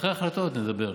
אחרי ההחלטות נדבר.